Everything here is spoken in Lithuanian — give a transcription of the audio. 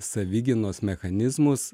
savigynos mechanizmus